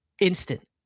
instant